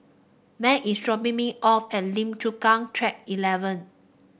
Meg is dropping me off at Lim Chu Kang Track Eleven